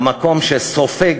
המקום שסופג,